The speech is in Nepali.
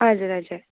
हजुर हजुर